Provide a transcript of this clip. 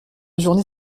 journée